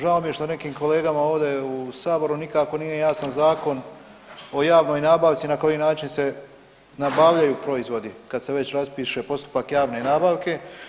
Žao mi je što nekim kolegama ovdje u saboru nikako nije jasan zakon o javnoj nabavci na koji način se nabavljaju proizvodi kad se već raspiše postupak javne nabavke.